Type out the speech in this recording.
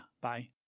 Bye